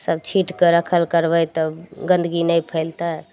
सब छिट कऽ रक्खल करबै तब गन्दगी नहि फैलतै